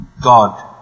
God